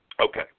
Okay